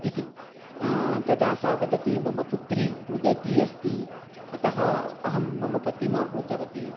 इति तदा सा वदति मम पुत्री रुदती अस्ति अतः अहं मम पतिम् आहूतवती